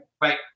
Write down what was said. Right